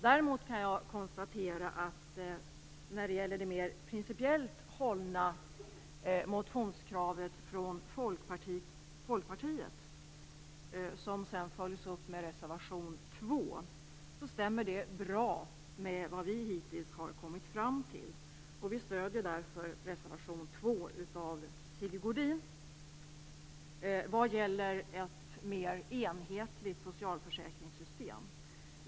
Däremot kan jag konstatera att det mer principiellt hållna motionskravet från Folkpartiet, som sedan följs upp med reservation 2, stämmer bra med det vi hittills har kommit fram till. Vi stöder därför reservation 2 av Sigge Godin vad gäller ett mer enhetligt socialförsäkringssystem.